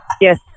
yes